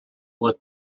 lift